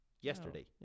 Yesterday